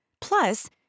Plus